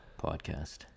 podcast